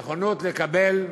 נכונות לקבל,